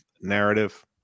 narrative